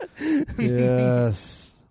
Yes